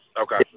Okay